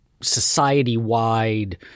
society-wide